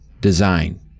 design